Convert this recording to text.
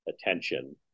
attention